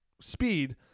speed